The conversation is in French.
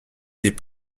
des